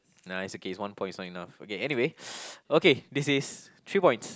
nah it's okay it's one point it's not enough okay anyway okay this is three points